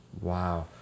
Wow